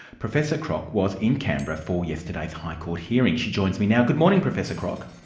professor crock was in canberra for yesterday's high court hearing. she joins me now. good morning, professor crock.